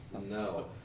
No